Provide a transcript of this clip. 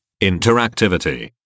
Interactivity